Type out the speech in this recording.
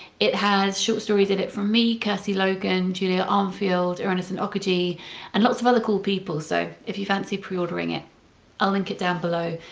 it has short stories in it from me, kirsty logan, julia armfield, irenosen okojie and lots of other cool people, so if you fancy pre-ordering it i'll link it down below.